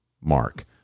mark